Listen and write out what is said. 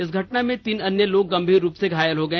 इस घटना में तीन अन्य लोग गंभीर रूप से घायल हो गए